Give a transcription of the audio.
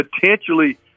potentially –